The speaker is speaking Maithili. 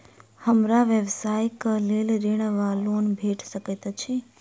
हमरा व्यवसाय कऽ लेल ऋण वा लोन भेट सकैत अछि?